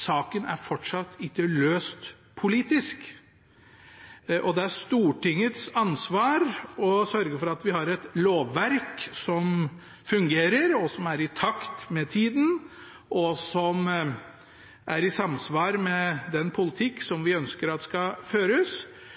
saken fortsatt ikke er løst politisk. Det er Stortingets ansvar å sørge for at vi har et lovverk som fungerer, som er i takt med tida, og som er i samsvar med den politikk som vi ønsker skal føres.